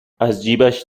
ازجیبش